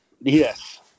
Yes